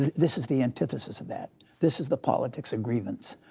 this is the antithesis of that. this is the politics of grievance.